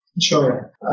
Sure